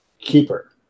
Keeper